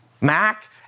Mac